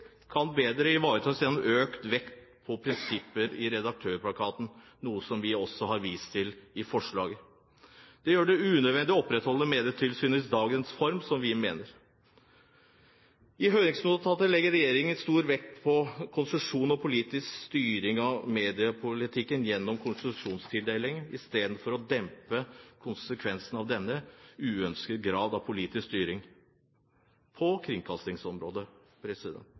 kan bedre ivaretas gjennom økt vekt på prinsippene i Redaktørplakaten, noe vi også har vist til i forslaget vårt. Det gjør det unødvendig å opprettholde Medietilsynet i dagens form, mener vi. I høringsnotatet legger regjeringen stor vekt på konsesjon og politisk styring av mediepolitikken gjennom konsesjonstildelinger, i stedet for å dempe konsekvensene av denne uønskede grad av politisk styring på kringkastingsområdet.